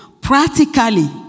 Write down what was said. practically